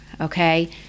okay